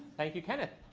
thank you, kenneth.